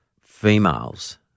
females